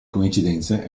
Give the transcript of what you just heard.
coincidenze